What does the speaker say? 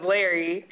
Larry